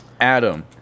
Adam